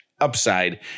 UPSIDE